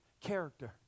character